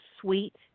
sweet